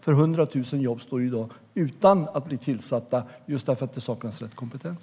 100 000 tjänster är i dag inte tillsatta just därför att det saknas rätt kompetens.